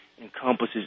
encompasses